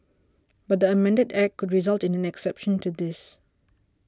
but the amended Act could result in an exception to this